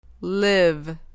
Live